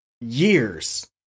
years